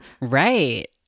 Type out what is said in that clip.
Right